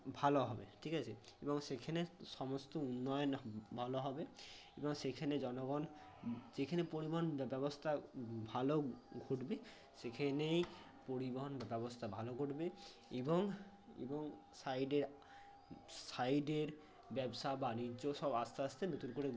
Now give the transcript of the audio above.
ভালো হবে ঠিক আছে এবং সেখানে সমস্ত উন্নয়ন ভালো হবে এবং সেইখানে জনগণ যেখানে পরিবহন ব্যবস্থা ভালো ঘটবে সেখেনেই পরিবহন ব্যবস্থা ভালো ঘটবে এবং এবং সাইডে সাইডের ব্যবসা বাণিজ্য সব আস্তে আস্তে নতুন করে